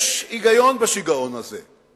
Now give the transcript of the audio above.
יש היגיון בשיגעון הזה.